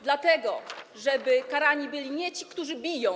Dlatego żeby karani byli nie ci, którzy biją.